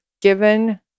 given